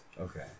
Okay